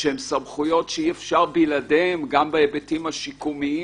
שהן סמכויות שאי אפשר בלעדיהן גם בהיבטים השיקומיים